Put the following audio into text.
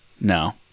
no